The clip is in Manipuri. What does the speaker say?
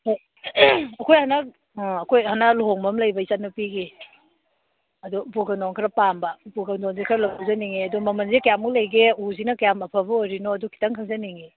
ꯍꯣꯏ ꯑꯩꯈꯣꯏ ꯍꯟꯗꯛ ꯑꯩꯈꯣꯏ ꯍꯟꯗꯛ ꯂꯨꯍꯣꯡꯕ ꯑꯃ ꯂꯩꯕ ꯏꯆꯟ ꯅꯨꯄꯤꯒꯤ ꯑꯗꯣ ꯎꯄꯨ ꯀꯥꯡꯊꯣꯟ ꯈꯔ ꯄꯥꯝꯕ ꯎꯄꯨ ꯀꯥꯡꯗꯣꯟꯁꯦ ꯈꯔ ꯂꯧꯖꯅꯤꯡꯉꯤ ꯑꯗꯣ ꯃꯃꯟꯁꯦ ꯀꯌꯥꯃꯨꯛ ꯂꯩꯒꯦ ꯎꯁꯤꯅ ꯀꯌꯥꯝ ꯑꯐꯕ ꯑꯣꯏꯔꯤꯅꯣꯗꯣ ꯈꯤꯇꯪ ꯈꯪꯖꯅꯤꯡꯉꯤ